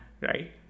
right